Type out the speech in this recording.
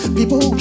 People